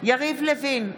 יריב לוין,